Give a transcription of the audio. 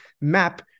map